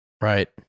right